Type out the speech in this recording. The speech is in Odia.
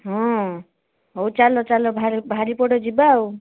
ହଁ ହେଉ ଚାଲ ଚାଲ ବାହାରିପଡ଼ ଯିବା ଆଉ